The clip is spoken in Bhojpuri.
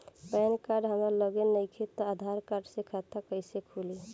पैन कार्ड हमरा लगे नईखे त आधार कार्ड से खाता कैसे खुली?